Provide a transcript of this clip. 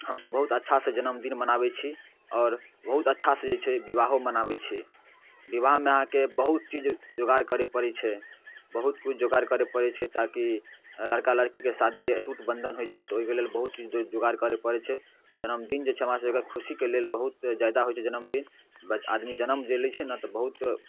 हमसभ बहुत अच्छासँ जन्मदिन मनाबै छी आओर बहुत अच्छासँ जे छै बिबाहो मनाबै छी बिवाहमे अहाँके बहुत चीज जोगाड़ करै पड़ै छै बहुत किछु जोगाड़ करै पड़ै छै ताकि अऽ लड़का लड़कीके शादी अटुट बन्धन होइ छै तऽ ओइके लेल बहुत चीजके जोगाड़ करै पड़ै छै जन्मदिन जे छै हमरा सभके खुशीके लेल बहुत जादा होइ छै जन्मदिन बस आदमी जनम जे लै छै ने तऽ बहुत